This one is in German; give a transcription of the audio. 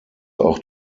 auch